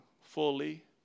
fully